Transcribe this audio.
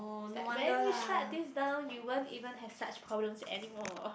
is like when you shut this down you won't even have such problems anymore